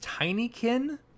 Tinykin